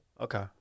okay